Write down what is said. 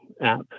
app